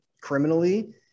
criminally